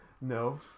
No